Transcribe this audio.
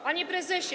Panie Prezesie!